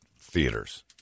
Theaters